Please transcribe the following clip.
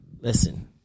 Listen